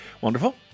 Wonderful